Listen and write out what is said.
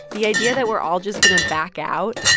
the idea that we're all just going to back out,